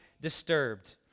disturbed